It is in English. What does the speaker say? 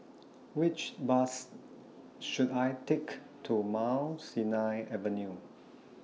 Which Bus should I Take to Mount Sinai Avenue